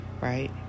right